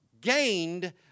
gained